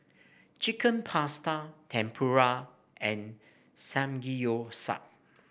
Chicken Pasta Tempura and Samgeyopsal